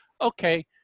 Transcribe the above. okay